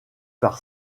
par